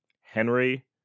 Henry